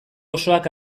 osoak